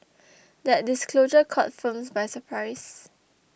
that disclosure caught firms by surprise